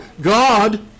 God